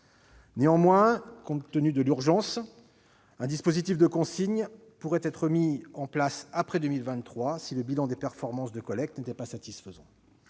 Néanmoins, compte tenu de l'urgence, un dispositif de consigne pourrait être mis en place après 2023 si le bilan des performances de collecte n'était pas satisfaisant.